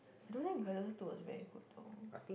I don't think Incredibles two was very good though